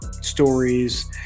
stories